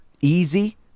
easy